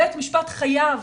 בית המשפט חייב,